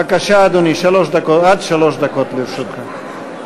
בבקשה, אדוני, עד שלוש דקות לרשותך.